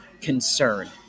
concern